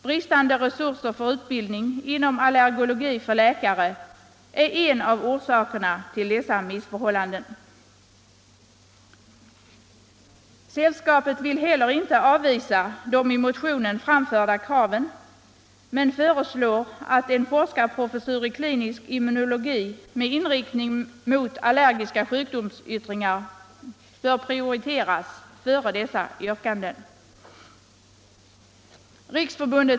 Bristande resurser för utbildning inom allergologi för läkare är en av orsakerna till dessa missförhållanden.” Sällskapet vill heller inte avvisa de i motionen framförda kraven men föreslår att en forskarprofessur i klinisk immunologi med inriktning mot allergiska sjukdomsyttringar prioriteras före dessa yrkanden.